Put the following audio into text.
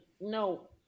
no –